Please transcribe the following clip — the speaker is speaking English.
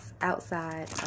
outside